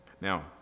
Now